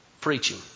preaching